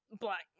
black